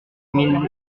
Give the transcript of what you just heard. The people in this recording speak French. mille